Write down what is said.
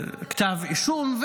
כתב אישום,